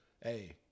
hey